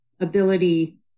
ability